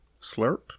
slurp